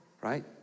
right